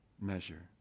measure